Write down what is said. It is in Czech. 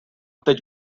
teď